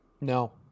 No